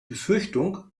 befürchtung